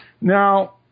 Now